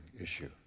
issue